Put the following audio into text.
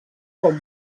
com